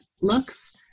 looks